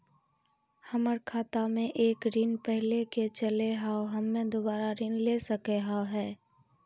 हमर खाता मे एक ऋण पहले के चले हाव हम्मे दोबारा ऋण ले सके हाव हे?